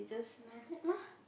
like that lah